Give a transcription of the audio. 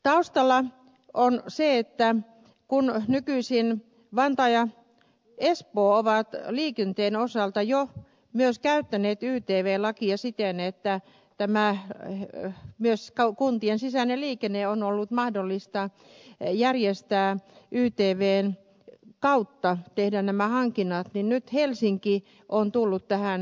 taustalla on se että kun nykyisin vantaa ja espoo ovat liikenteen osalta jo myös käyttäneet ytv lakia siten että myös kuntien sisäinen liikenne on ollut mahdollista järjestää ytvn kautta tehdä nämä hankinnat niin nyt helsinki on tullut tähän mukaan